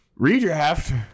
redraft